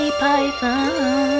Python